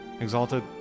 Exalted